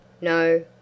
No